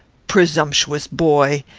presumptuous boy!